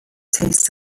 taste